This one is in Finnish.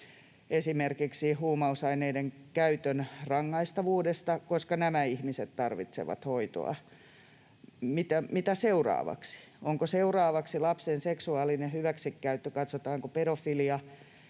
esimerkiksi huumausaineiden käytön rangaistavuudesta, koska nämä ihmiset tarvitsevat hoitoa. Mitä seuraavaksi? Onko seuraavaksi lapsen seksuaalinen hyväksikäyttö, katsotaanko pedofilia